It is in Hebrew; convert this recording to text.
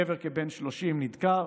גבר כבן 30 נדקר.